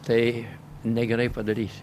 tai negerai padarysi